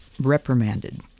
reprimanded